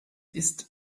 ist